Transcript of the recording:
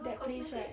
that place right